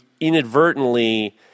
inadvertently